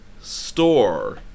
Store